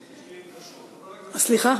סליחה.